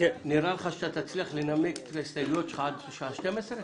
נראה לך שאתה תצליח לנמק את ההסתייגויות שלך עד השעה 12:00?